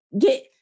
Get